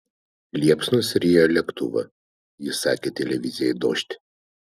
liepsnos rijo lėktuvą ji sakė televizijai dožd